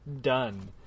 done